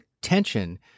tension